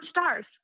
stars